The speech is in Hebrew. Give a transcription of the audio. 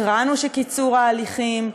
התרענו שקיצור ההליכים,